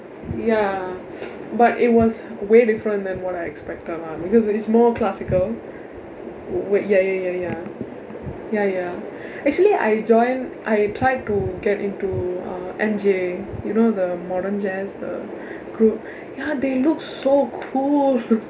ya but it was way different than what I expected lah because it is more classical wait ya ya ya ya ya ya actually I join I tried to get into uh M J you know the modern jazz the group ya they look so cool